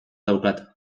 daukat